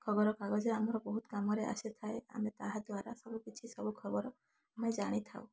ଖବରକାଗଜ ଆମର ବହୁତ କାମରେ ଆସିଥାଏ ଆମେ ତାହା ଦ୍ୱାରା ସବୁ କିଛି ସବୁ ଖବର ଆମେ ଜାଣିଥାଉ